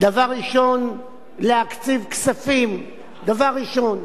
דבר ראשון להקציב כספים, דבר ראשון.